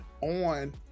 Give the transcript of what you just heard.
on